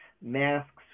masks